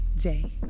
day